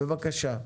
בבקשה.